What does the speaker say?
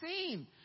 seen